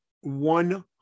one